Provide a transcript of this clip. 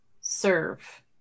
serve